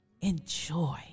enjoy